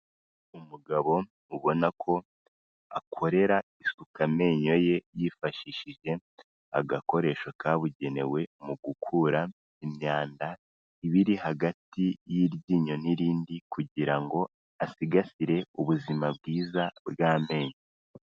Umugabo ubona ko akorera isuku amenyo ye yifashishije agakoresho kabugenewe mu gukura imyanda iba iri hagati y'iryinyo n'irindi, kugira ngo asigasire ubuzima bwiza bw'amenyo.